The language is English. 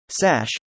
Sash